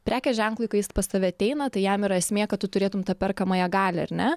prekės ženklui kai jis pas tave ateina tai jam yra esmė kad tu turėtum tą perkamąją galią ar ne